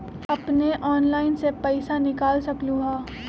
अपने ऑनलाइन से पईसा निकाल सकलहु ह?